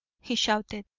he shouted.